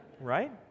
right